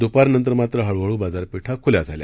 दुपारनंतर मात्र हळूहळू बाजारपेठा खुल्या झाल्या